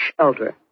shelter